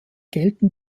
gelten